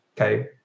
okay